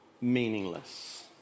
meaningless